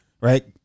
Right